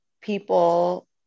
people